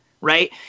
right